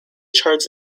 charts